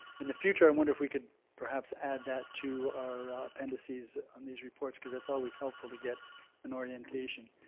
in the future i wonder if we could perhaps add that to our appendices on these reports cause that's always helpful to get an orientation.